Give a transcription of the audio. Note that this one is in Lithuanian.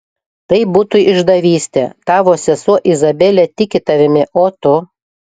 tai būtų išdavystė tavo sesuo izabelė tiki tavimi o tu